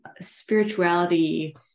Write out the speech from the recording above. spirituality